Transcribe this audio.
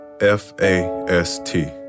F-A-S-T